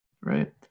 right